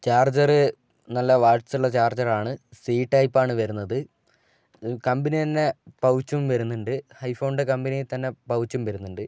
charger നല്ല watts ഉള്ള charger ആണ് സി ടൈപ്പ് ആണ് വരുന്നത് അത് കമ്പനി തന്നെ പൗച്ചും വരുന്നുണ്ട് ഐഫോണിൻ്റെ കമ്പനിയിൽ തന്നെ പൗച്ചും വരുന്നുണ്ട്